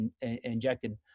injected